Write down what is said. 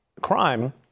crime